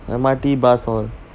mrt bus all